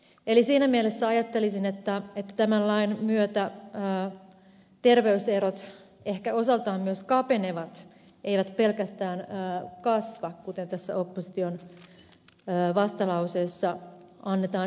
eli siinä mielessä ajattelisin että tämän lain myötä terveyserot ehkä osaltaan myös kapenevat eivät pelkästään kasva kuten tässä opposition vastalauseessa annetaan ymmärtää